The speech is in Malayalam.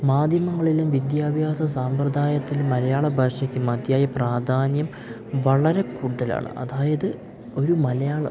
മാധ്യമങ്ങളിലും വിദ്യാഭ്യാസ സാമ്പ്രദായത്തിലും മലയാള ഭാഷയ്ക്ക് മതിയായ പ്രാധാന്യം വളരെ കൂടുതലാണ് അതായത് ഒരു മലയാള